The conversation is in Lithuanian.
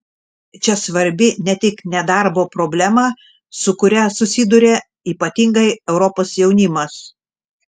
čia svarbi ne tik nedarbo problema su kuria susiduria ypatingai europos jaunimas